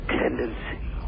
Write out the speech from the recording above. tendency